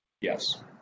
yes